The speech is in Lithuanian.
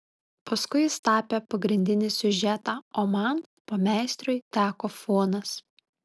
paskui jis tapė pagrindinį siužetą o man pameistriui teko fonas